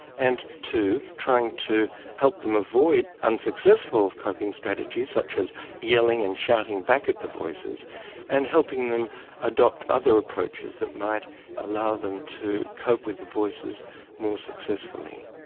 and two, trying to help them avoid unsuccessful coping strategies such as yelling and shouting back at the voices and helping helping them adopt other approaches that might allow them to cope with the voices more successfully.